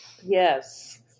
Yes